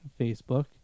facebook